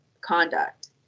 conduct